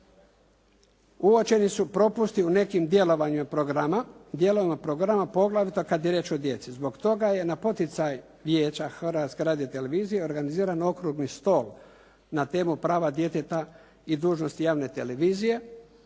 Uočeni su propusti u nekim dijelovima programa, dijelovima programa poglavito kad je riječ o djeci. Zbog toga je na poticaj Vijeća Hrvatske radiotelevizije organiziran okrugli stol na temu prava djeteta i dužnosti javne televizije